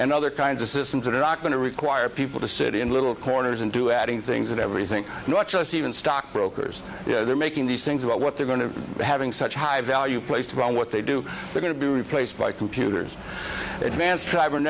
and other kinds of systems that are going to require people to sit in little corners and do adding things and everything not just even stock brokers they're making these things about what they're going to having such high value placed on what they do they're going to be replaced by computers advanced driv